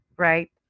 right